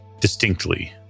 distinctly